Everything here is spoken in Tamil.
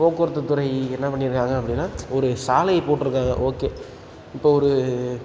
போக்குவரத்துத் துறை என்ன பண்ணியிருக்காங்க அப்படின்னா ஒரு சாலை போட்டிருக்காங்க ஓகே இப்போ ஒரு